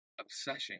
obsessing